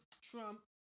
Trump